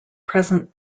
present